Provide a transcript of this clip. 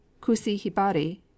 Kusi-hibari